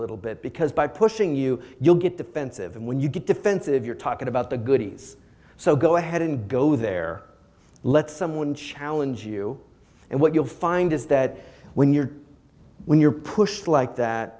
little bit because by pushing you you'll get defensive and when you get defensive you're talking about the goodies so go ahead and go there let someone challenge you and what you'll find is that when you're when you're pushed like that